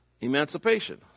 emancipation